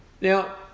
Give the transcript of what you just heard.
Now